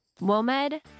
WOMED